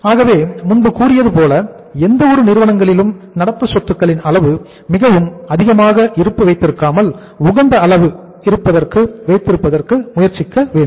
ஆகவே முன்பு கூறியது போல எந்தவொரு நிறுவனங்களிலும் நடப்பு சொத்துக்களின் அளவு மிகவும் அதிகமாக இருப்பு வைத்திருக்காமல் உகந்த அளவு வைத்திருப்பதற்கு முயற்சிக்க வேண்டும்